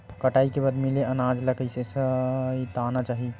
कटाई के बाद मिले अनाज ला कइसे संइतना चाही?